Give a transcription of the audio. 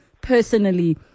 personally